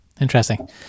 interesting